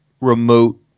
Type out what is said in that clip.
remote